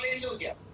Hallelujah